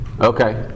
Okay